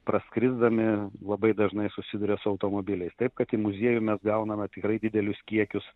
praskrisdami labai dažnai susiduria su automobiliais taip kad į muziejų mes gauname tikrai didelius kiekius